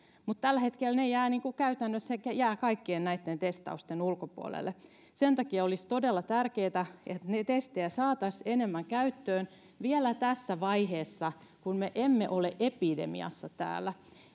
mutta tällä hetkellä he jäävät käytännössä kaikkien näitten testausten ulkopuolelle sen takia olisi todella tärkeätä että testejä saataisiin enemmän käyttöön vielä tässä vaiheessa kun me emme ole epidemiassa täällä